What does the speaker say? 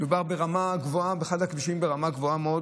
מדובר באחד הכבישים ברמה גבוהה מאוד.